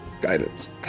Guidance